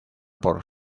por